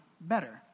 better